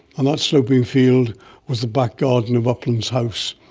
and that sloping field was the back garden of uplands house,